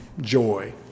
joy